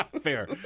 Fair